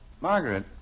Margaret